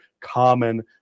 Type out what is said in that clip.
common